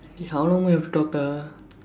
eh how long we have talk டா:daa